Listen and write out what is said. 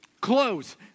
clothes